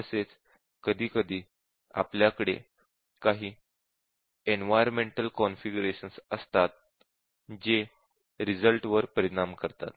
तसेच कधीकधी आपल्याकडे काही इन्वाइरन्मेन्टल कॉन्फिगरेशन असतात जे रिझल्ट वर परिणाम करतात